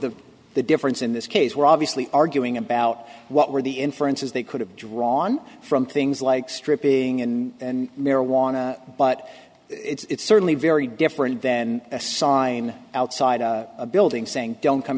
the the difference in this case where obviously arguing about what were the inferences they could have drawn from things like stripping and marijuana but it's certainly very different than a sign outside a building saying don't come